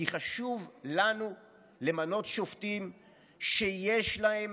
כי חשוב לנו למנות שופטים שיש להם